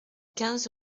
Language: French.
quinze